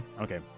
Okay